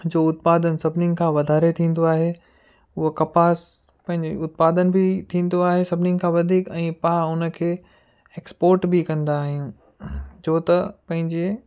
जो उत्पादन सभिनिनि खां वधारे थींदो आहे उहो कपास पंहिंजे उत्पादन बि थींदो आहे सभिनी खां वधीक ऐं पाण उनखे एक्सपोर्ट बि कंदा आहियूं छो त पंहिंजे